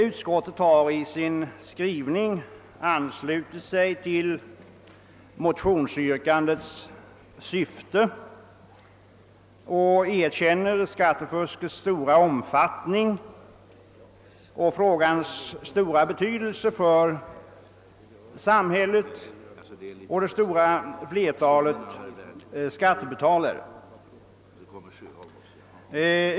Utskottet har i sin skrivning anslutit sig till motionsyrkandets syfte. Det erkänner skattefuskets stora omfattning och frågans stora betydelse för samhället och det stora flertalet skattebetalare.